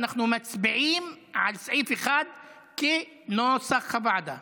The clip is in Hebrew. אנחנו מצביעים על סעיף 1 כנוסח הוועדה.